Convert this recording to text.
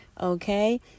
okay